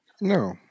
no